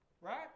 right